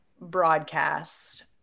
Broadcast